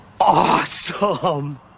awesome